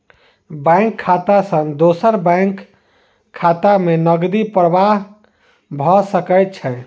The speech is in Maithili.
बैंक खाता सॅ दोसर बैंक खाता में नकदी प्रवाह भ सकै छै